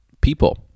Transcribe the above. people